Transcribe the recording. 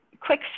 quick